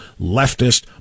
leftist